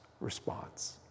response